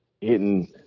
hitting